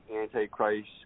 Antichrist